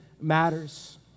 matters